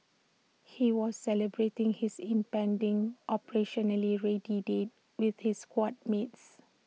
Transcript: he was celebrating his impending operationally ready date with his squad mates